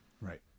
Right